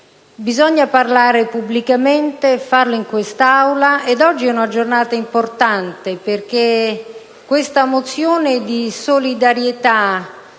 Bisogna parlare pubblicamente e farlo in quest'Aula. Oggi è una giornata importante, perché questa mozione di solidarietà